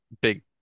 big